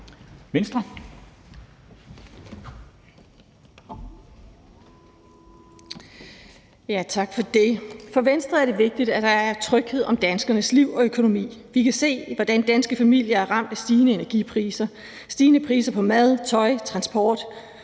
For Venstre er det vigtigt, at der er tryghed om danskernes liv og økonomi. Vi kan se, hvordan danske familier er ramt af stigende energipriser, stigende priser på mad, tøj, transport